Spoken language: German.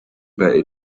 bei